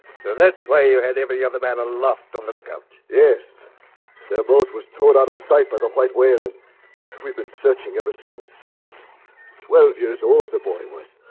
so that's why you had every other man aloft on the lookout. yes their boat was towed out of sight but on quite waylynn we've been searching ever since twelve years old the boy was